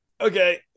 Okay